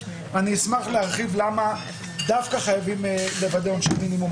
אני אשמח להרחיב למה דווקא חייבים לוודא עונשי מינימום,